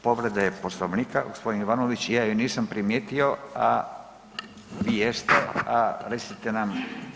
Povrede Poslovnika gospodin Ivanović, ja ju nisam primijetio, a vi jeste, a recite nam.